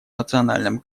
национальном